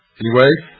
anyway,